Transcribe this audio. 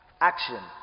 Action